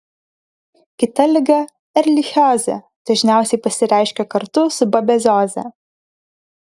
kita liga erlichiozė dažniausiai pasireiškia kartu su babezioze